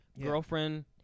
Girlfriend